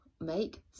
make